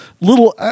little